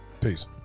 Peace